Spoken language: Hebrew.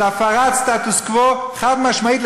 זו הפרת הסטטוס-קוו חד-משמעית,